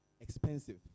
Expensive